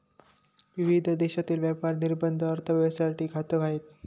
विविध देशांतील व्यापार निर्बंध अर्थव्यवस्थेसाठी घातक आहेत